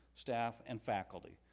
staff and faculty.